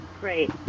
Great